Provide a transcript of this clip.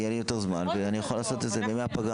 יהיה לי יותר זמן ואני אוכל לעשות את זה בימי הפגרה.